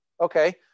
okay